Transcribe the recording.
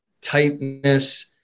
tightness